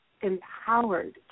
empowered